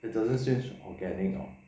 it doesn't seem organic orh